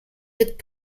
wird